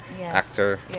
actor